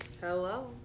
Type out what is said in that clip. Hello